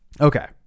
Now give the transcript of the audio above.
Okay